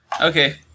Okay